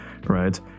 Right